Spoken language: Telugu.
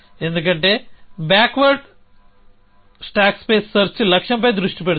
ఎందుకంటే బ్యాక్వర్డ్ స్టాక్ స్పేస్ సెర్చ్ లక్ష్యంపై దృష్టి పెడుతుంది